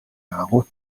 агуу